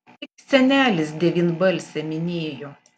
tik senelis devynbalsę minėjo